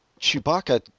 Chewbacca